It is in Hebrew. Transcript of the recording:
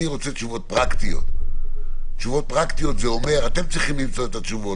אני רוצה תשובות פרקטיות וזה אומר שאתם צריכים למצוא את התשובות,